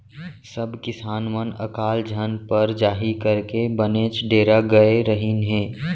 सब किसान मन अकाल झन पर जाही कइके बनेच डेरा गय रहिन हें